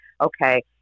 okay